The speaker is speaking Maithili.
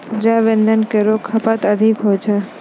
जैव इंधन केरो खपत अधिक होय छै